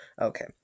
Okay